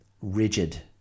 rigid